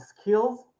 skills